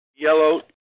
Yellow